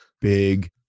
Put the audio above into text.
big